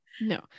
no